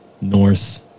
north